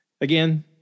again